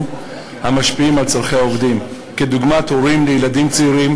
המשפיעים על צורכי העובדים כדוגמת הורים לילדים צעירים.